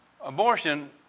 Abortion